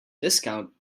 discount